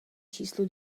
číslu